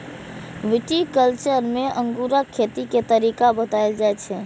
viticulture मे अंगूरक खेती के तरीका बताएल जाइ छै